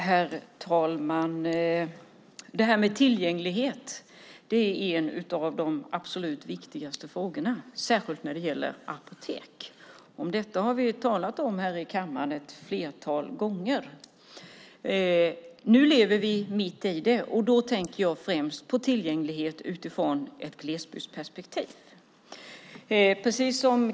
Herr talman! Tillgänglighet är en av de absolut viktigaste frågorna när det gäller apotek. Det har vi talat om här i kammaren ett flertal gånger. Nu lever vi mitt i det. Jag tänker främst på tillgänglighet i ett glesbygdsperspektiv.